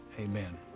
amen